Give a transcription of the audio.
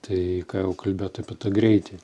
tai ką jau kalbėt apie tą greitį